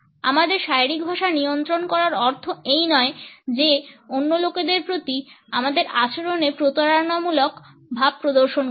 আমাদের শারীরিক ভাষা নিয়ন্ত্রণ করার অর্থ এই নয় যে অন্য লোকেদের প্রতি আমরা আচরণে প্রতারণামূলক ভাব প্রদর্শন করবো